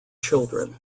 children